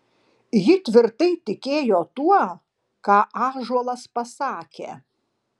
ji tvirtai tikėjo tuo ką ąžuolas pasakė